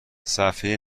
صحفه